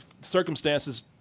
circumstances